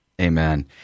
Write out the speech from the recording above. Amen